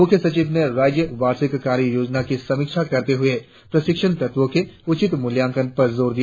मुख्य सचिव ने राज्य वार्षिक कार्य योजना की समीक्षा करते हुए प्रशिक्षण तत्वो के उचित मुल्यांकन पर जोर दिया